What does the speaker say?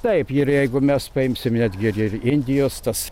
taip ir jeigu mes paimsim netgi ir ir indijos tas